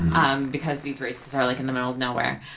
um because these races are like in the middle of nowhere.